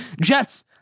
Jets